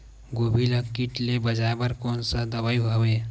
गोभी ल कीट ले बचाय बर कोन सा दवाई हवे?